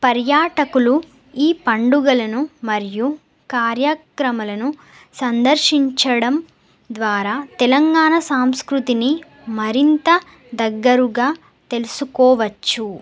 పర్యాటకులు ఈ పండుగలను మరియు కార్యక్రమాలను సందర్శించడం ద్వారా తెలంగాణ సాంస్కృతిని మరింత దగ్గరగా తెలుసుకోవచ్చు